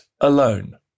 alone